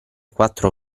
quattro